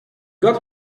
got